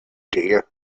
dear